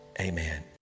amen